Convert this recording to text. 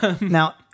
Now